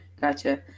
gotcha